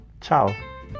Ciao